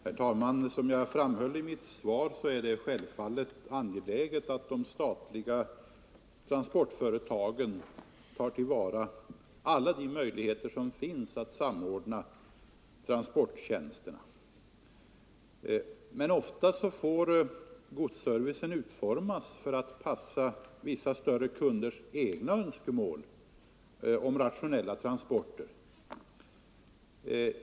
Herr talman! Som jag framhöll i mitt svar är det självfallet angeläget att de statliga transportföretagen tar till vara alla de möjligheter som finns att samordna transporttjänsterna. Men ofta får godsservicen utformas för att passa vissa större kunders egna önskemål om rationella transporter.